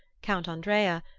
count andrea,